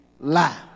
lie